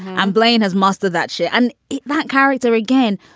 and blaine has mastered that shit. and that character, again,